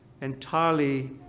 entirely